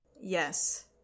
Yes